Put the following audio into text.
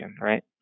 right